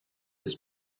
was